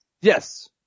Yes